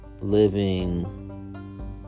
living